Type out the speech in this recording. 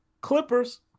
Clippers